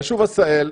היישוב עשהאל,